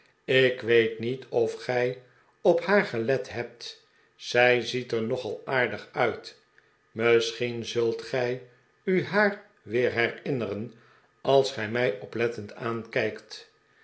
ik weet niet of gij op haar gelet hebt zij ziet er nogal aardig uit misschien zult gij u haar weer herinneren als gij mij oplettend aankijk't